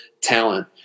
talent